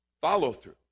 Follow-through